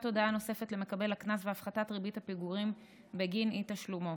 הודעה נוספת למקבל הקנס והפחתת ריבית הפיגורים בגין אי-תשלומו.